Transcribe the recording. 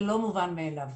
זה לא מובן מאליו.